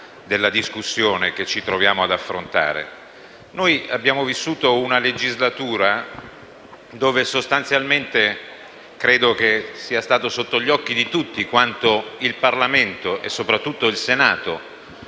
della discussione che ci troviamo ad affrontare. Abbiamo vissuto una legislatura nella quale credo sia stato sotto gli occhi di tutti il fatto che il Parlamento, e soprattutto il Senato,